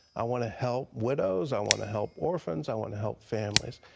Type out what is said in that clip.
i want to help widows. i want to help orphans. i want to help families.